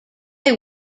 they